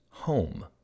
home